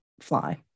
fly